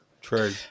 true